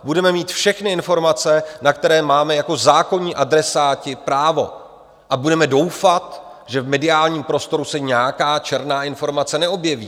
Budeme mít všechny informace, na které máme jako zákonní adresáti právo, a budeme doufat, že v mediálním prostoru se nějaká černá informace neobjeví.